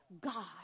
God